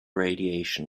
radiation